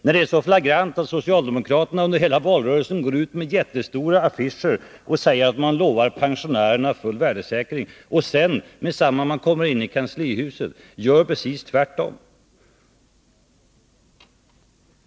Det är ju så uppenbart att socialdemokraterna under hela valrörelsen gått ut med jättestora affischer och sagt att man lovar pensionärerna full värdesäkring, men sedan, med detsamma man kom in i kanslihuset, gjort precis tvärtom.